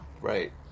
Right